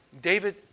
David